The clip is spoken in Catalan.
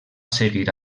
seguir